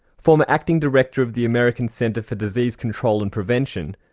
former acting director of the american centre for disease control and prevention,